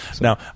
Now